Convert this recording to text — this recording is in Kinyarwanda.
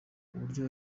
uburyo